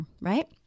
Right